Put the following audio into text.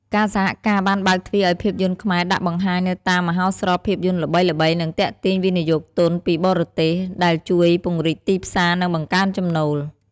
ការសហការបានបើកទ្វារឱ្យភាពយន្តខ្មែរដាក់បង្ហាញនៅតាមមហោស្រពភាពយន្តល្បីៗ និងទាក់ទាញវិនិយោគទន់ពីបរទេស ដែលជួយពង្រីកទីផ្សារ និងបង្កើនចំណូល។